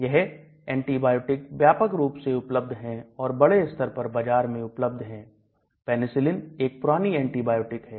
यह एंटीबायोटिक व्यापक रूप से उपलब्ध है और बड़े स्तर पर बाजार में उपलब्ध है Penicillin एक पुरानी एंटीबायोटिक है